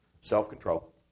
self-control